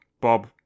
Bob